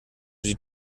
die